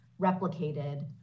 replicated